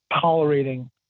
tolerating